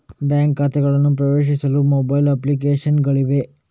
bank ಖಾತೆಗಳನ್ನು ಪ್ರವೇಶಿಸಲು mobile application ಗಳಿವೆ